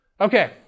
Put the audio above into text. Okay